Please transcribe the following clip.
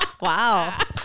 Wow